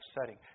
setting